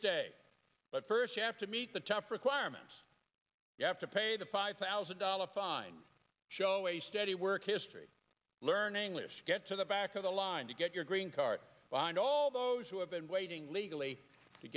stay but first you have to meet the tough requirements you have to pay the five thousand dollars fine show a steady work history learn english get to the back of the line to get your green card and all those who have been waiting legally to